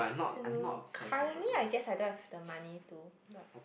currently I guess I don't have the money to but